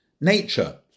Nature